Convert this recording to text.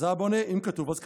אז האבא עונה: אם כתוב אז כתוב.